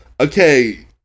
Okay